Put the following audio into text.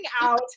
out